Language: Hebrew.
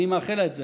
אני מאחל לה את זה,